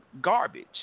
garbage